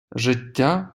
життя